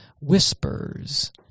whispers